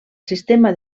sistema